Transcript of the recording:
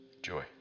Joy